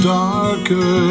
darker